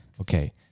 Okay